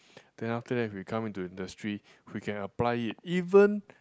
then after that we come into industry we can apply it even